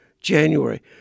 January